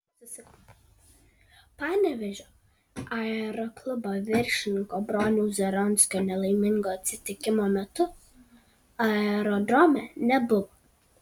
panevėžio aeroklubo viršininko broniaus zaronskio nelaimingo atsitikimo metu aerodrome nebuvo